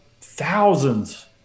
thousands